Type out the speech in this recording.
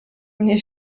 mnie